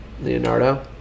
Leonardo